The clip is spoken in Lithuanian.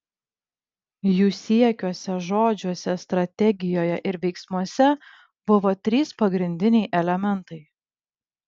jų siekiuose žodžiuose strategijoje ir veiksmuose buvo trys pagrindiniai elementai